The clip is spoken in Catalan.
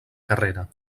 carrera